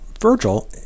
Virgil